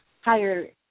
higher